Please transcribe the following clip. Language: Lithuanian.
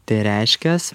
tai reiškias